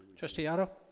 trustee otto?